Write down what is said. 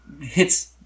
hits